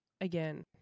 again